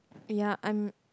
ya I'm